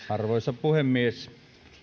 arvoisa puhemies